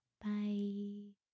Bye